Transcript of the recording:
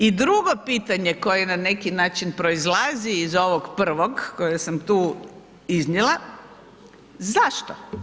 I drugo pitanje koje na neki način proizlazi iz ovog prvog koje sam tu iznijela, zašto?